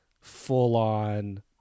full-on